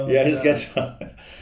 yeah just get drunk